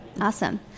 Awesome